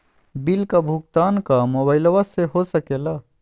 Bill का भुगतान का मोबाइलवा से हो सके ला?